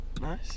Nice